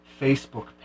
Facebook